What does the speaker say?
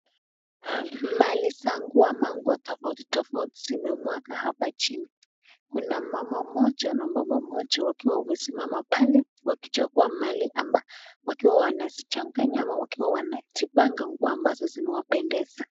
Mali za nguo ama nguo tofautitofauti zimemwaga hapa chini. Kuna mama mmoja na baba mmoja wakiwa wamesimama pale wakichagua mali amba wakiwa wanazichanganya ama wakiwa wanajipanga nguo ambazo zimewapendeza.